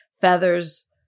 feathers